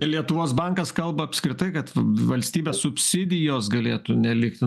lietuvos bankas kalba apskritai kad valstybės subsidijos galėtų nelikti